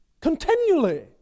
Continually